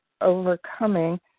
overcoming